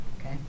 Okay